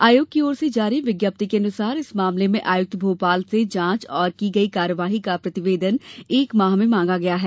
आयोग ओर से जारी विज्ञप्ति के अनुसार इस मामले में आयुक्त भोपाल से जांच और की गई कार्यवाही का प्रतिवेदन एक माह में मांगा है